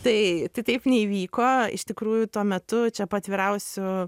tai tai taip neįvyko iš tikrųjų tuo metu čia paatvirausiu